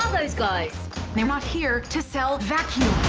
those guys? they're not here to sell vacuums.